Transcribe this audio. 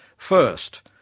first,